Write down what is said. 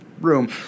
room